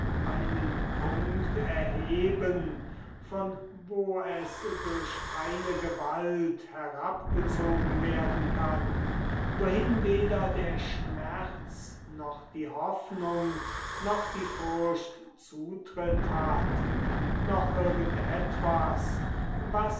einen punkt erheben von wo es durch keine gewalt herabgezogen werden kann wohin weder der schmerz noch die hoffnung noch die furcht zutritt hat noch irgend etwas was